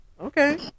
okay